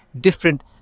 different